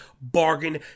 bargain